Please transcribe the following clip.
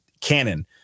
canon